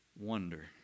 Wonder